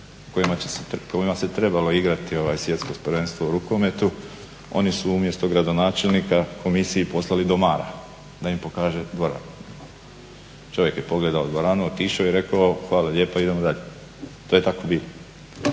kojima se trebalo igrati Svjetsko prvenstvo u rukometu oni su umjesto gradonačelnika komisiji poslali domara da im pokaže dvoranu. Čovjek je pogledao dvoranu, otišao i rekao hvala lijepa, idemo dalje. To je tako bilo.